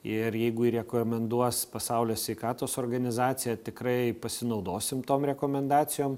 ir jeigu jį rekomenduos pasaulio sveikatos organizacija tikrai pasinaudosim tom rekomendacijom